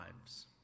lives